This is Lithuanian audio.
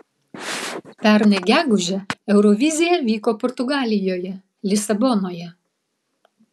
pernai gegužę eurovizija vyko portugalijoje lisabonoje